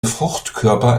fruchtkörper